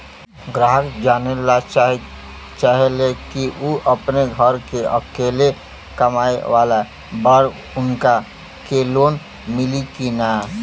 ग्राहक जानेला चाहे ले की ऊ अपने घरे के अकेले कमाये वाला बड़न उनका के लोन मिली कि न?